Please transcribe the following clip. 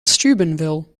steubenville